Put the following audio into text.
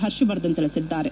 ಹರ್ಷವರ್ದನ್ ತಿಳಿಸಿದ್ದಾರೆ